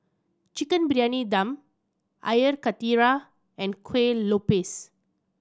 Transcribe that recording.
Chicken Briyani Dum Air Karthira and Kuih Lopes